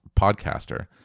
podcaster